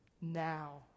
now